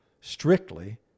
strictly